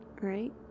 right